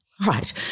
Right